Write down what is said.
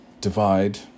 divide